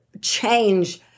change